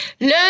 learn